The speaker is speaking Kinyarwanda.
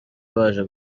baje